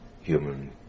human